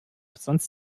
sonst